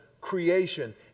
creation